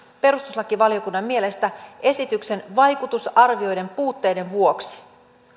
perustuslakivaliokunnan mielestä esityksen vaikutusarvioiden puutteiden vuoksi